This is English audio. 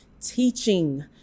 teaching